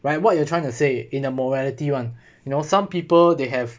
right what you are trying to say in a morality one you know some people they have